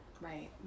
Right